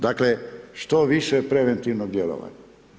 Dakle, što više preventivnog djelovanja.